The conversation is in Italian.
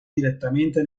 direttamente